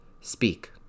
speak